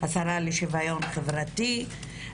השרה לשוויון חברתי,